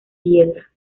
piedra